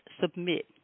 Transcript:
submit